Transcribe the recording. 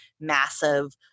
massive